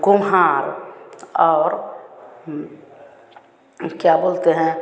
कुम्हार और क्या बोलते हैं